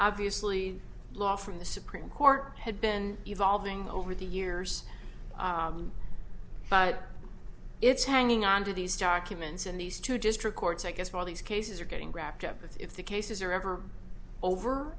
obviously law from the supreme court had been evolving over the years but it's hanging on to these documents and these two district courts i guess all these cases are getting wrapped up and if the cases are ever over